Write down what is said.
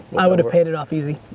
i would have paid it off easy.